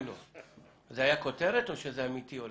יש לכם הרבה מה להשוות.